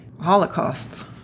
Holocausts